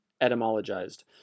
etymologized